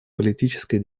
политической